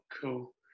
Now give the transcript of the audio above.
Cool